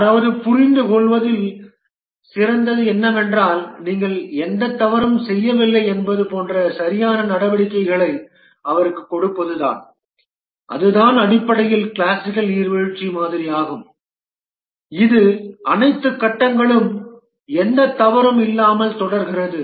யாராவது புரிந்து கொள்வதில் சிறந்தது என்னவென்றால் நீங்கள் எந்த தவறும் செய்யவில்லை என்பது போன்ற சரியான நடவடிக்கைகளை அவருக்குக் கொடுப்பதுதான் அதுதான் அடிப்படையில் கிளாசிக்கல் நீர்வீழ்ச்சி மாதிரியாகும் இது அனைத்து கட்டங்களும் எந்த தவறும் இல்லாமல் தொடர்கிறது